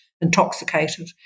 intoxicated